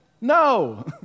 No